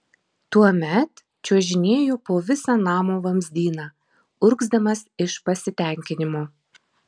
tuomet čiuožinėju po visą namo vamzdyną urgzdamas iš pasitenkinimo